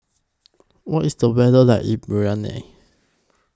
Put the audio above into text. What IS The weather like in Bahrain